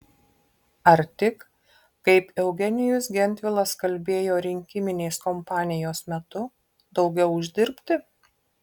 ar tik kaip eugenijus gentvilas kalbėjo rinkiminės kompanijos metu daugiau uždirbti